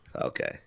Okay